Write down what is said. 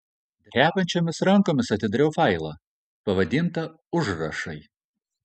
drebančiomis rankomis atidarau failą pavadintą užrašai